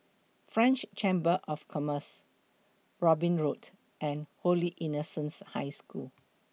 French Chamber of Commerce Robin Road and Holy Innocents' High School